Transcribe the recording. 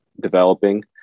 developing